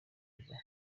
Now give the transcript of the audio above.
kujya